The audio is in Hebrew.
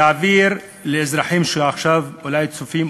להעביר לאזרחים שעכשיו אולי צופים,